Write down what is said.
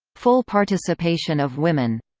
full participation of women